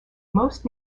most